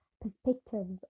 perspectives